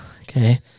okay